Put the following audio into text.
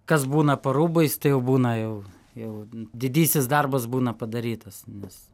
kas būna po rūbais tai būna jau jau didysis darbas būna padarytas nes